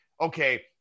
okay